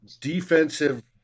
defensive